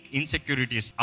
insecurities